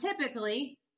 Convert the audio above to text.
typically